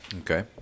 Okay